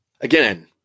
again